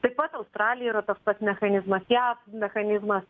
taip pat australijoj yra toks pats mechanizmas jav mechanizmas